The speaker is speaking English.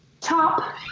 top